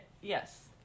Yes